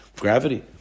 Gravity